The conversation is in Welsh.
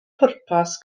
pwrpas